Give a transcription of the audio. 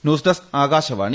news desk Akashvani